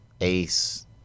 Ace